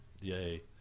yay